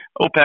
OPEC